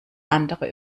andere